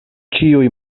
ĉiuj